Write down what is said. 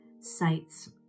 sites